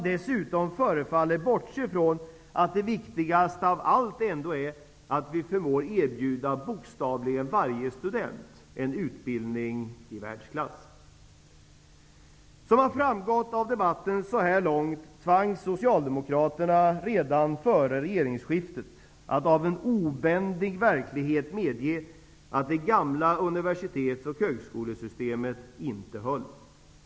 Dessutom förefaller man att bortse ifrån att det viktigaste av allt är att vi bokstavligen förmår erbjuda varje student en utbildning i världsklass. Som har framgått av debatten så här långt tvangs socialdemokraterna redan före regeringsskiftet att av en obändig verklighet medge att det gamla universitets och högskolesystemet inte höll.